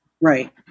Right